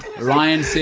Ryan